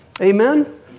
Amen